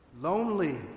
Lonely